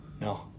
No